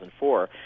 2004